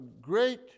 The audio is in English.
great